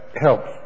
help